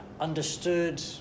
understood